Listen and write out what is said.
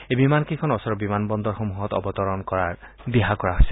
এই বিমানকেইখন ওচৰৰ বিমান বন্দৰত অৱতৰণৰ দিহা কৰা হৈছে